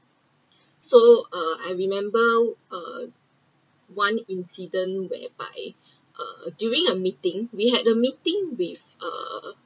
so uh I remembered uh one incident whereby uh during a meeting we had the meeting with uh